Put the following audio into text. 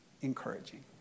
encouraging